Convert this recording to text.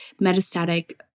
metastatic